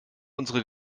unsere